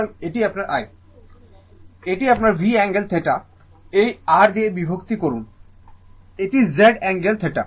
সুতরাং এটি আপনার i এটি আপনার V অ্যাঙ্গেল θ এই R দিয়ে বিভক্ত করুন এটি Z অ্যাঙ্গেল θ